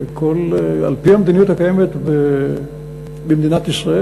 על-פי המדיניות הקיימת במדינת ישראל,